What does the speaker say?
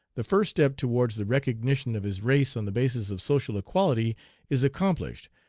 the first step towards the recognition of his race on the basis of social equality is accomplished,